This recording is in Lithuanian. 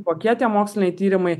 kokie tie moksliniai tyrimai